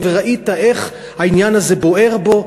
וראית איך העניין הזה בוער בו.